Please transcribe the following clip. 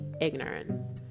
ignorance